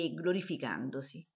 glorificandosi